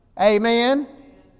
Amen